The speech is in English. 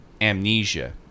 amnesia